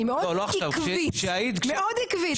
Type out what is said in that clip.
אני מאוד עקבית מאוד עקבית.